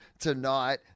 tonight